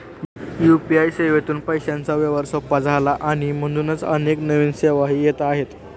UPI सेवेतून पैशांचा व्यवहार सोपा झाला आणि म्हणूनच अनेक नवीन सेवाही येत आहेत